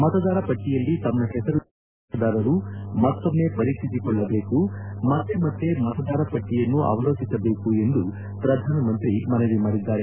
ಮತದಾರ ಪಟ್ಲಿಯಲ್ಲಿ ತಮ್ಮ ಹೆಸರು ಇದೆಯೇ ಎಂಬುದನ್ನು ಮತದಾರರು ಮತ್ತೊಮ್ಮ ಪರೀಕ್ಷಿಸಿಕೊಳ್ಳಬೇಕು ಮತ್ತೆ ಮತ್ತೆ ಮತದಾರ ಪಟ್ಲಿಯನ್ನು ಅವಲೋಕಿಸಬೇಕು ಎಂದು ಪ್ರಧಾನಿ ಮನವಿ ಮಾಡಿದ್ಲಾರೆ